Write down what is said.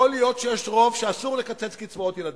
יכול להיות שיש רוב שאסור לקצץ קצבאות ילדים,